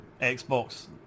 xbox